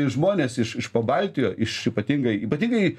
žmonės iš iš pabaltijo iš ypatingai ypatingai